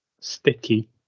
sticky